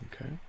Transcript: okay